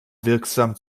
wirksam